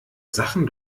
sachen